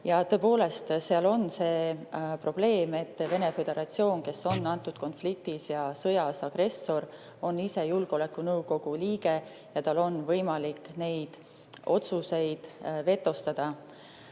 Tõepoolest, seal on see probleem, et Venemaa Föderatsioon, kes on selles konfliktis ja sõjas agressor, on ise julgeolekunõukogu liige ja tal on võimalik neid otsuseid vetostada.